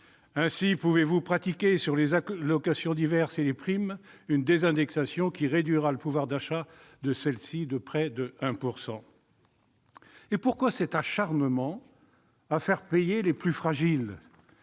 Ainsi pouvez-vous pratiquer sur les allocations diverses et les primes une désindexation qui réduira le pouvoir d'achat de celles-ci de près de 1 %. Pourquoi cet acharnement à faire payer les plus fragiles ?